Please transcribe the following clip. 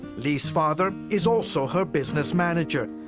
li's father is also her business manager.